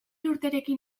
urterekin